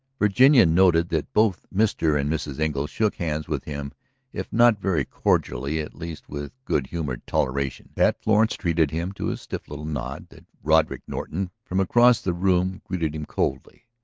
virginia noted that both mr. and mrs. engle shook hands with him if not very cordially at least with good-humored toleration that florence treated him to a stiff little nod that roderick norton from across the room greeted him coolly.